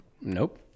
nope